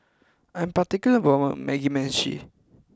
I am particular about my Mugi Meshi